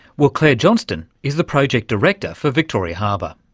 well, claire johnston is the project director for victoria harbour.